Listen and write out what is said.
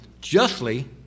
justly